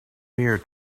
mirror